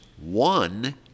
one